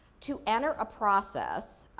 to enter a process.